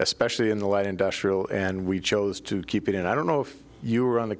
especially in the light industrial and we chose to keep it in i don't know if you were on the